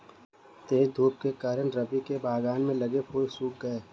तेज धूप के कारण, रवि के बगान में लगे फूल सुख गए